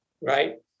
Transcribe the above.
right